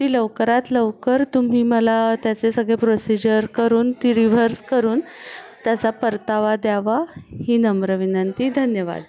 ती लवकरात लवकर तुम्ही मला त्याचे सगळे प्रोसिजर करून ती रिव्हर्स करून त्याचा परतावा द्यावा ही नम्र विनंती धन्यवाद